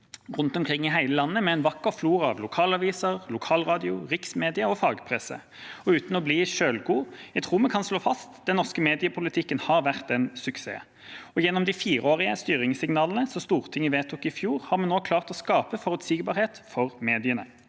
rundt omkring i hele landet, med en vakker flora av lokalaviser, lokalradio, riksmedier og fagpresse. Uten å bli selvgod tror jeg vi kan slå fast at den norske mediepolitikken har vært en suksess. Gjennom de fireårige styringssignalene som Stortinget vedtok i fjor, har vi nå klart å skape forutsigbarhet for mediene.